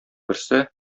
берсе